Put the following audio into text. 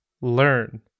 learn